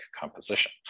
composition